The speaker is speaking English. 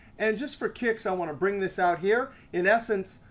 and just for kicks, i want to bring this out here. in essence,